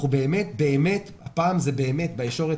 אנחנו באמת - הפעם זה באמת - בישורת